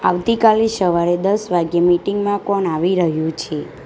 આવતી કાલે સવારે દસ વાગ્યે મીટીંગમાં કોણ આવી રહ્યું છે